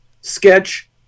sketch